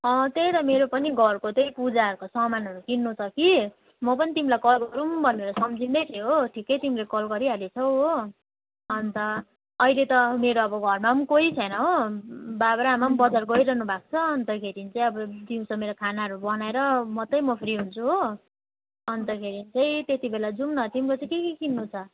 अँ त्यही त मेरो पनि घरकोत्यही पूजाहरूको सामानहरू किन्नु छ कि म पनि तिमीलाई कल गरौँ भनेर सम्झिँदै थिएँ हो ठिक्कै तिमीले कल गरि हालेछौ हो अन्त अहिले त मेरो अब घरमा पनि कोही छैन हो बाबा र आमा पनि बजार गइ रहनु भएको छ अन्तखेरि चाहिँ अब दिउँसो मेरो खानाहरू बनाएर मात्रै म फ्री हुन्छु हो अन्तखेरि त्यतिबेला जाऔँ न तिम्रो चाहिँ के के किन्नु छ